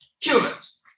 humans